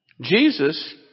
Jesus